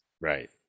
right